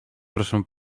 proszę